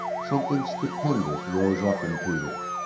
something stupendous rose up in peter.